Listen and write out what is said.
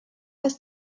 ist